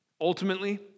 Ultimately